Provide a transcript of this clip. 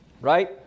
Right